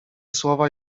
słowa